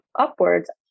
upwards